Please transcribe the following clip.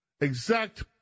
exact